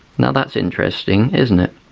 now that's interesting isn't it?